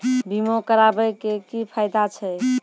बीमा कराबै के की फायदा छै?